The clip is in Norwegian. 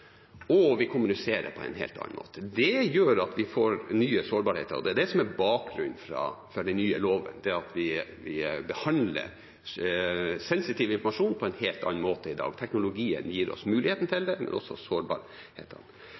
og vi kommuniserer på en helt annen måte. Det gjør at vi får nye sårbarheter, og det er det som er bakgrunnen for den nye loven, at vi behandler sensitiv informasjon på en helt annen måte i dag. Teknologien gir oss muligheten til det, men også sårbarhetene.